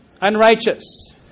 unrighteous